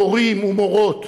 מורים ומורות,